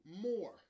more